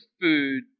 food